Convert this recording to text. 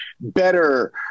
better